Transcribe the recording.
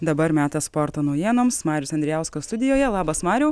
dabar metas sporto naujienoms marius andrijauskas studijoje labas mariau